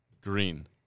Green